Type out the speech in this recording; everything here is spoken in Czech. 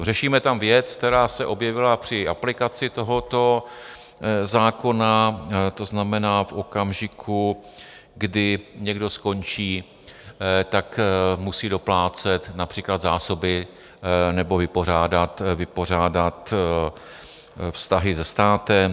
Řešíme tam věc, která se objevila při aplikaci tohoto zákona, to znamená, v okamžiku, kdy někdo skončí, musí doplácet například zásoby nebo vypořádat vztahy se státem.